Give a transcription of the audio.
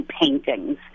paintings